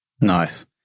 Nice